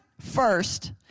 first